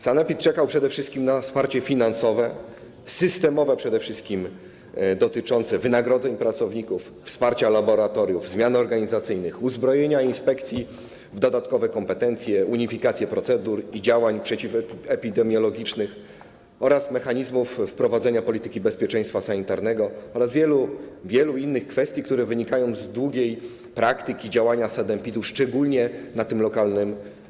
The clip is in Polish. Sanepid czekał na wsparcie finansowe, systemowe, przede wszystkim dotyczące wynagrodzeń pracowników, wsparcia laboratoriów, zmian organizacyjnych, uzbrojenia inspekcji w dodatkowe kompetencje, na unifikację procedur i działań przeciwepidemiologicznych oraz mechanizmów wprowadzenia polityki bezpieczeństwa sanitarnego oraz wielu, wielu innych kwestii, które wynikają z długiej praktyki działania sanepidu szczególnie na poziomie lokalnym.